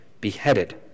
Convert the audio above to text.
beheaded